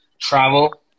travel